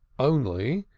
only,